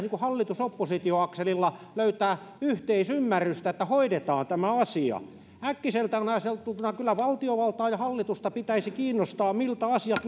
hallitus oppositio akselilla löytää yhteisymmärrystä että hoidetaan tämä asia äkkiseltään ajateltuna kyllä kyllä valtiovaltaa ja hallitusta pitäisi kiinnostaa miltä asiat